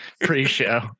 pre-show